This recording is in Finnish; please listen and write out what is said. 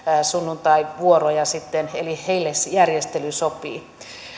sunnuntaivuoroja sitten eli heille se järjestely sopii